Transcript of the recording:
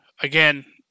again